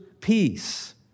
peace